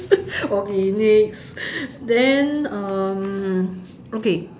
okay next then um okay